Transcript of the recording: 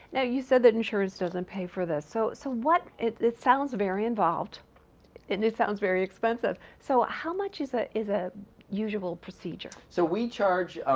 now you said that insurance doesn't pay for this, so so what it it sounds very involved and it sounds very expensive so how much is ah is a usual procedure? so we charge